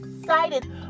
excited